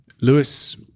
Lewis